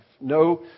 No